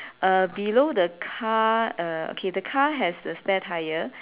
uh below the car uh okay the car has a spare tyre